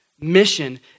Mission